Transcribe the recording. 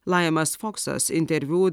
lajamas foksas interviu